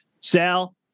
Sal